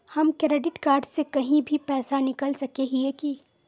हम credit card से कहीं भी पैसा निकल सके हिये की?